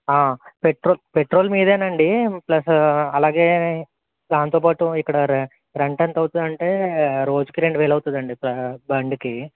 petro petrol మీదేనండి plus అలాగే దానితో పాటు ఇక్కడ రెం రెంట్ ఎంతవుతుంది అంటే రోజుకి రెండు వేలవుతుందండి బ బండికి